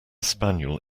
spaniel